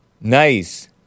Nice